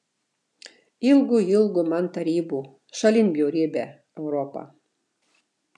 ilgu ilgu man tarybų šalin bjaurybę europą